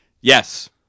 Yes